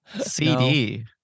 cd